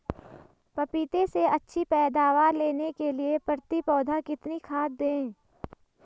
पपीते से अच्छी पैदावार लेने के लिए प्रति पौधा कितनी खाद दें?